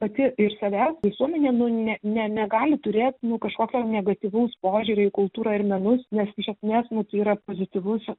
pati iš savęs visuomenė nu ne ne negali turėt nu kažkokio negatyvaus požiūrio į kultūrą ir menus nes iš esmės nu tai yra pozityvus